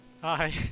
Hi